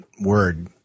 word